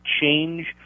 change